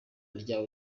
rya